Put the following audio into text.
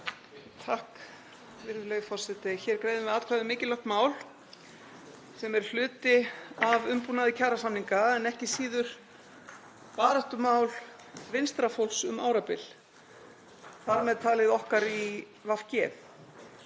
Virðulegi forseti. Hér greiðum við atkvæði um mikilvægt mál sem er hluti af umbúnaði kjarasamninga en ekki síður baráttumál vinstra fólks um árabil, þar með talið okkar í VG,